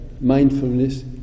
mindfulness